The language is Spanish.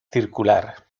circular